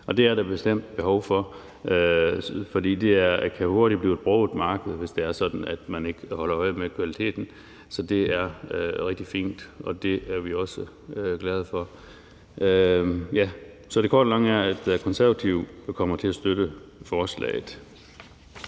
Det er der bestemt behov for, for det kan hurtigt blive et broget marked, hvis det er sådan, at man ikke kan holde øje med kvaliteten. Så det er rigtig fint, og det er vi også glade for. Så det korte af det lange er, at Konservative kommer til at støtte forslaget.